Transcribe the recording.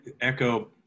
echo